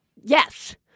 Yes